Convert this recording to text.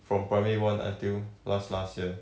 from primary one until last last year